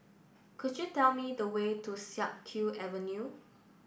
could you tell me the way to Siak Kew Avenue